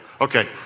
Okay